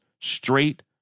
straight